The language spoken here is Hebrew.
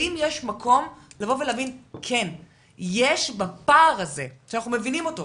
האם יש מקום לומר שיש בפער הזה שאנחנו מבינים אותו.